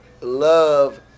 love